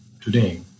today